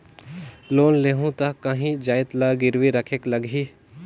Loan लेहूं ता काहीं जाएत ला गिरवी रखेक लगही?